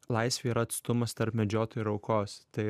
laisvė yra atstumas tarp medžiotojo ir aukos tai